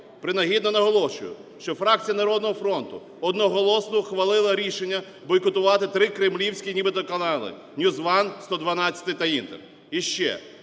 Принагідно наголошую, що фракція "Народного фронту" одноголосно ухвалила рішення бойкотувати три кремлівські, нібито, канали: NewsOne, "112" та "Інтер".